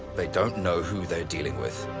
they don't know who they are dealing with.